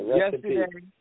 yesterday